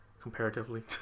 comparatively